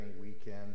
weekend